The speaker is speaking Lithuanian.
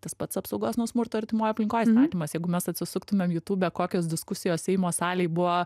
tas pats apsaugos nuo smurto artimoj aplinkoj įstatymas jeigu mes atsisuktumėm jutube kokios diskusijos seimo salėj buvo